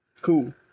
Cool